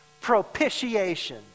Propitiation